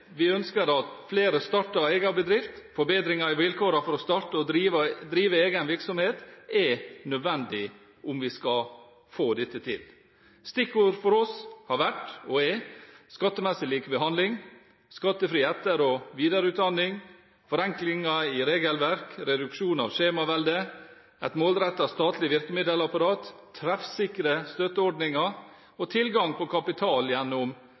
Vi ønsker at flere starter egen bedrift. Forbedringer i vilkårene for å starte og drive egen virksomhet er nødvendig om vi skal få dette til. Stikkord for oss har vært, og er: skattemessig likebehandling, skattefri etter- og videreutdanning, forenklinger i regelverk, reduksjon i skjemaveldet, et målrettet statlig virkemiddelapparat, treffsikre støtteordninger og tilgang på kapital gjennom